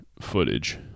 footage